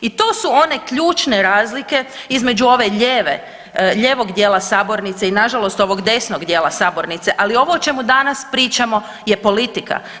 I to su one ključne razlike između ove lijeve, lijevog djela sabornice i nažalost ovog desnog djela sabornice, ali ovo o čemu danas pričamo je politika.